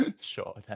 Sure